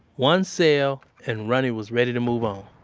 one sale, and ronnie was ready to move on